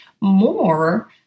more